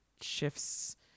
shifts